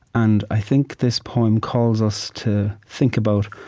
and i think this poem calls us to think about,